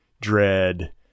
dread